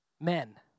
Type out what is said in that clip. men